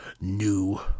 new